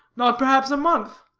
nor perhaps a month,